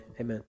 Amen